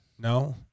no